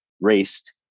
raced